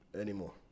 anymore